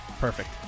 Perfect